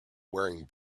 wearing